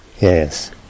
Yes